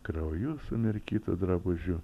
krauju sumirkytu drabužiu